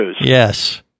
Yes